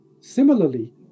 Similarly